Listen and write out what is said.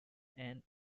and